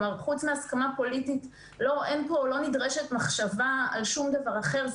כלומר חוץ מהסכמה פוליטית לא נדרשת מחשבה על שום דבר אחר.